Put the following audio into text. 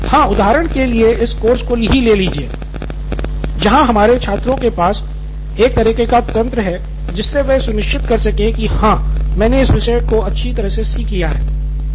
professor हाँ उदाहरण के लिए इस कोर्स को ही लीजिए जहां हमारे छात्रों के पास एक तरह का तंत्र है जिससे कि वे सुनिश्चित कर सके कि हाँ मैंने इस विषय को अच्छी तरह से सीख लिया है